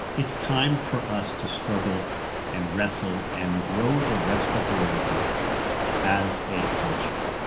it's time for us to struggle and wrestle and grow the rest of the way up as a culture.